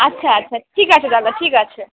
আচ্ছা আচ্ছা ঠিক আছে দাদা ঠিক আছে